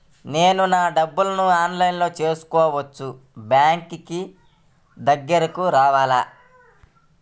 నేను నా డబ్బులను ఆన్లైన్లో చేసుకోవచ్చా? బ్యాంక్ దగ్గరకు రావాలా?